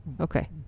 Okay